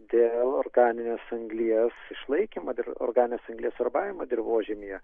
dėl organinės anglies išlaikymo dėl organinės anglies sorbavimo dirvožemyje